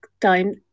time